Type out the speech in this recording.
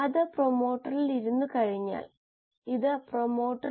അതാണ് മുകളിലെ ഗ്രാഫിലെ സൂചകം